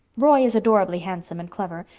roy is adorably handsome and clever.